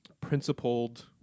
principled